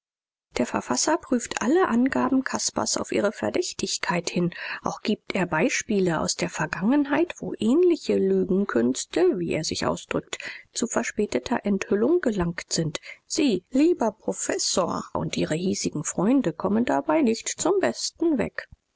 der verfasser prüft alle angaben caspars auf ihre verdächtigkeit hin auch gibt er beispiele aus der vergangenheit wo ähnliche lügenkünste wie er sich ausdrückt zu verspäteter enthüllung gelangt sind sie lieber professor und ihre hiesigen freunde kommen dabei nicht zum besten weg